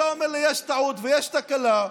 ושאתה אומר לי: יש טעות ויש תקלה,